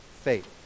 faith